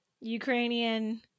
Ukrainian